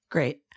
Great